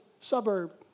suburb